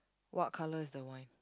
what colour is the wine